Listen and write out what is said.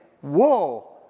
whoa